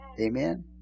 amen